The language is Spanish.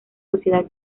sociedad